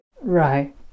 Right